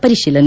ಪರಿಶೀಲನೆ